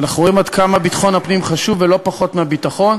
ואנחנו רואים עד כמה ביטחון הפנים חשוב לא פחות מהביטחון.